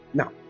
now